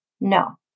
No